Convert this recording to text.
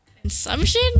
consumption